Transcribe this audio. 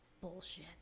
bullshit